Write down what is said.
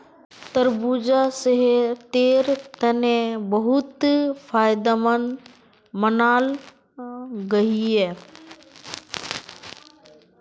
तरबूजा सेहटेर तने बहुत फायदमंद मानाल गहिये